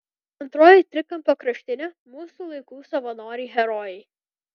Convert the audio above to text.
antroji trikampio kraštinė mūsų laikų savanoriai herojai